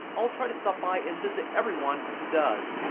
i'll try to stop by and visit everyone who does.